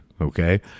okay